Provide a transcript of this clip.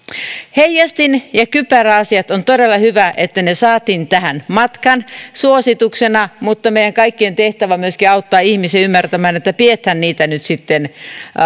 heijastin ja kypäräasiat on todella hyvä että ne saatiin tähän matkaan suosituksena mutta meidän kaikkien tehtävä on myöskin auttaa ihmisiä ymmärtämään että pidetään niitä nyt sitten